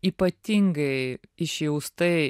ypatingai išjaustai